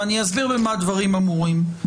ואני אסביר במה הדברים אמורים.